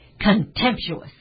contemptuous